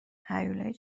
هیولایی